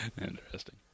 Interesting